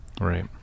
right